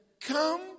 come